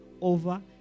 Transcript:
over